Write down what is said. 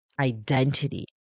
identity